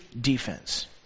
defense